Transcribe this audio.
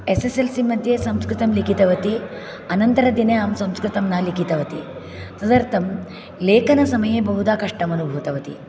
S S L C मध्ये संस्कृतं लिखितवती अनन्तरदिने अहं संस्कृतं न लिखितवती तदर्थं लेखनसमये बहुधा कष्टम् अनुभूतवती